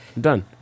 done